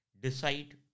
decide